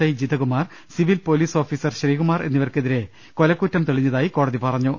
I Jitha Kumar civil police officer Sreekumar എന്നിവർക്കെതിരെ കൊലക്കുറ്റം തെളിഞ്ഞതായി കോടതി പറഞ്ഞു